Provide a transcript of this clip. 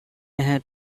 had